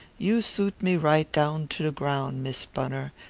you suit me right down to the ground, miss bunner.